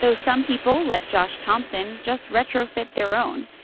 so some people, like josh thompson, just retrofit their own.